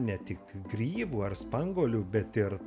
ne tik grybų ar spanguolių bet ir